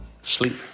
Sleep